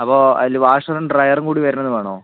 അപ്പോൾ അതിൽ വാഷറും ഡ്രൈയറും കൂടി വരണത് വേണോ